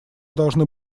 должны